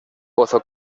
pozo